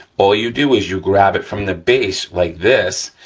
all you do is you grab it from the base, like this,